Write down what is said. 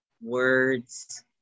words